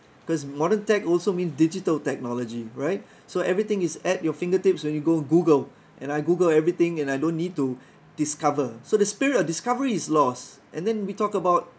because modern tech also means digital technology right so everything is at your fingertips when you go google and I google everything and I don't need to discover so the spirit of discovery is lost and then we talk about